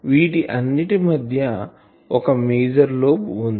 వీటి అన్నిటి మధ్య ఒక మేజర్ లోబ్ వుంది